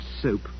soup